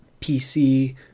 pc